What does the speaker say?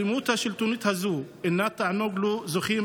האלימות השלטונית הזאת היא תענוג שזוכים